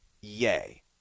Yay